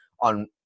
on